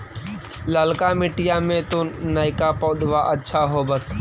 ललका मिटीया मे तो नयका पौधबा अच्छा होबत?